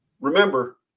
remember